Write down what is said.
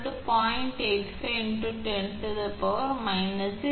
85 × 10−6 சரி